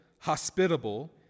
...hospitable